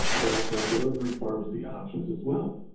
there are home delivery pharmacy options as well.